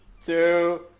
two